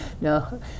No